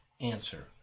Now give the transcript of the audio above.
answer